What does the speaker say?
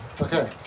Okay